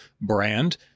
brand